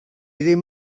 ddim